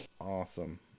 Awesome